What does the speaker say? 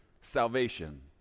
salvation